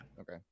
Okay